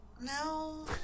No